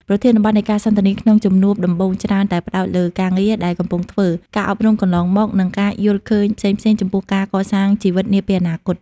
ប្រធានបទនៃការសន្ទនាក្នុងជំនួបដំបូងច្រើនតែផ្ដោតលើការងារដែលកំពុងធ្វើ ការអប់រំកន្លងមក និងការយល់ឃើញផ្សេងៗចំពោះការកសាងជីវិតនាពេលអនាគត។